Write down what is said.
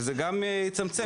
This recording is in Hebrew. זה גם יצמצם.